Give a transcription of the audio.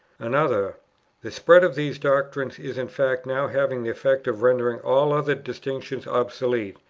another the spread of these doctrines is in fact now having the effect of rendering all other distinctions obsolete,